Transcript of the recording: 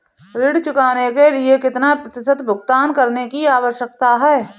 ऋण चुकाने के लिए कितना प्रतिशत भुगतान करने की आवश्यकता है?